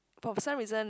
for some reason